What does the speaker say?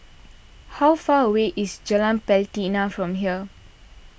how far away is Jalan Pelatina from here